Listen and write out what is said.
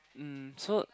um so